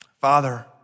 Father